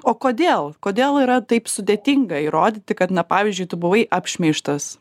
o kodėl kodėl yra taip sudėtinga įrodyti kad na pavyzdžiui tu buvai apšmeižtas